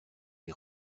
les